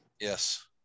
Yes